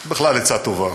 בכלל, עצה טובה.